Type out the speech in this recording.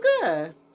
good